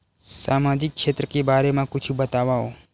सामजिक क्षेत्र के बारे मा कुछु बतावव?